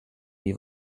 die